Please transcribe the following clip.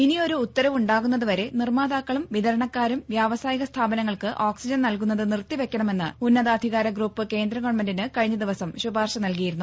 ഇനി ഒരു ഉത്തരവ് ഉണ്ടാകുന്നതുവരെ നിർമ്മാതാക്കളും വിതരണക്കാരും വ്യവസായിക സ്ഥാപനങ്ങൾക്ക് ഓക്സിജൻ നൽകുന്നത് നിർത്തി വെക്കണമെന്ന് ഉന്നതാധികാര ഗ്രൂപ്പ് കേന്ദ്ര ഗവൺമെന്റിന് കഴിഞ്ഞദിവസം ശുപാർശ നൽകിയിരുന്നു